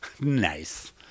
Nice